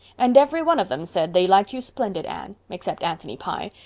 and every one of them said they liked you splendid, anne, except anthony pye.